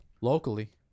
Locally